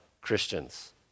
Christians